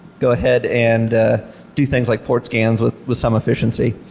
go ahead and do things like port scans with with some efficiency.